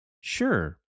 Sure